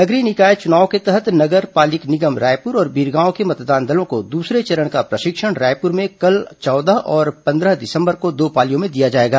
नगरीय निकाय चुनाव के तहत नगर पालिक निगम रायपुर और बीरगांव के मतदान दलों को दूसरे चरण का प्रशिक्षण रायपुर में कल चौदह और पन्द्रह दिसम्बर को दो पालियों में दिया जाएगा